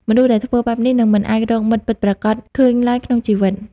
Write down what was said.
មនុស្សដែលធ្វើបែបនេះ នឹងមិនអាចរកមិត្តពិតប្រាកដឃើញឡើយក្នុងជីវិត។